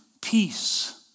peace